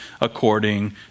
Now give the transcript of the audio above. according